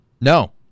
No